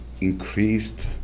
increased